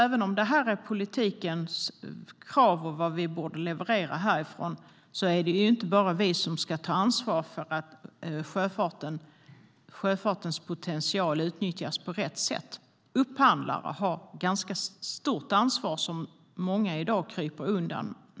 Även om detta är politikens krav och vad vi borde leverera härifrån är det inte bara vi som ska ta ansvar för att sjöfartens potential utnyttjas på rätt sätt. Upphandlare har ett ganska stort ansvar, vilket många i dag kryper undan.